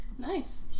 Nice